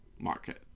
market